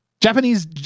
japanese